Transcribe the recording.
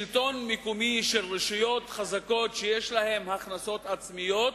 שלטון מקומי של רשויות חזקות שיש להן הכנסות עצמיות,